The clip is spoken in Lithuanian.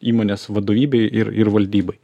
įmonės vadovybei ir ir valdybai